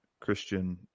Christian